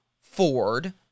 Ford